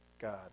God